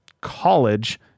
college